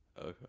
Okay